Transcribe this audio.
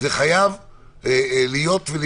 אני